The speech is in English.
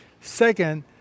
Second